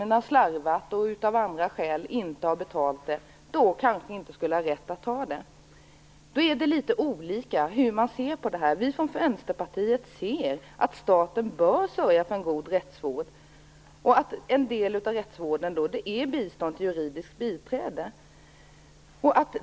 De som slarvat eller som av något skäl inte har betalat sin försäkring skulle kanske inte ha rätt att ha ett skydd. Det är alltså litet olika syn på det här. Vi i Vänsterpartiet anser att staten bör sörja för en god rättsvård. En del av rättsvården utgörs av bistånd till juridiskt biträde.